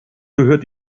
gehört